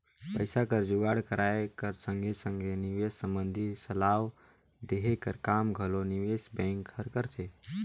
पइसा कर जुगाड़ कराए कर संघे संघे निवेस संबंधी सलाव देहे कर काम घलो निवेस बेंक हर करथे